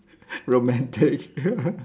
romantic